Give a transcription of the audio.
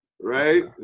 Right